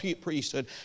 priesthood